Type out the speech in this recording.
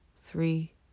three